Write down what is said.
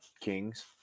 Kings